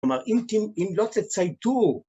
‫כלומר, אם לא תצייתו...